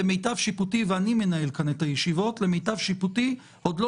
למיטב שיפוטי ואני מנהל כאן את הישיבות עוד לא